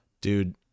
dude